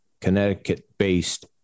Connecticut-based